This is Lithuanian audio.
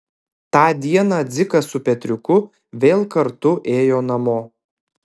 tą dieną dzikas su petriuku vėl kartu ėjo namo